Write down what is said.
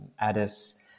Addis